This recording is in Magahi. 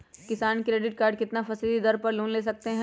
किसान क्रेडिट कार्ड कितना फीसदी दर पर लोन ले सकते हैं?